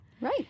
Right